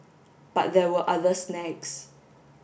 but there were other snags